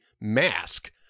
mask